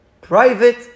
private